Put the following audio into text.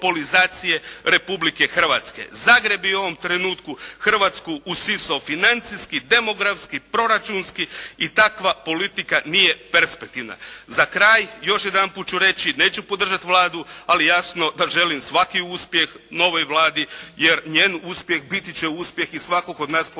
Republike Hrvatske. Zagreb je u ovom trenutku Hrvatsku usisao financijski, demografski, proračunski i takva politika nije perspektivna. Za kraj još jedanput ću reći neću podržati Vladu, ali jasno da želim svaki uspjeh novoj Vladi jer njen uspjeh biti će uspjeh i svakog od nas ponaosob